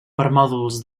permòdols